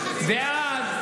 ואז,